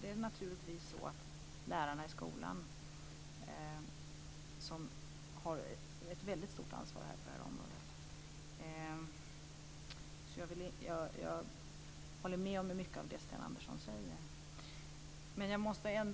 Det är naturligtvis så att lärarna i skolan har ett extra stort ansvar på det här området. Jag håller med om mycket av det Sten Andersson säger. Men jag måste